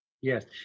yes